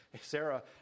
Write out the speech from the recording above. Sarah